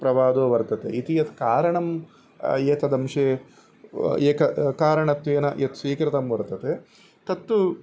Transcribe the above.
प्रवादो वर्तते इति यत् कारणं एतदंशे एक कारणत्वेन यत् स्वीकृतं वर्तते तत्तु